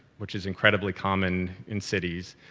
which is incredibly common in cities.